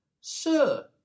Sir